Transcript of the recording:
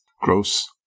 Gross